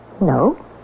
No